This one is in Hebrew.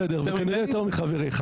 בסדר, כנראה יותר מחבריך.